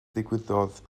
ddigwyddodd